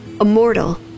immortal